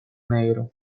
negro